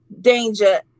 Danger